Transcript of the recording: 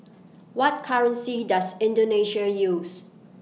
What currency Does Indonesia use